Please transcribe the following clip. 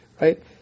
right